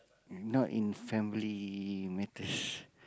not in family matters